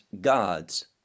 God's